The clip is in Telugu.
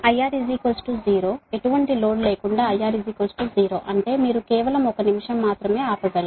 IR 0 ఎటువంటి లోడ్ లేకుండా IR 0 అంటే మీరు కేవలం ఒక నిమిషం మాత్రమే ఆపగలరు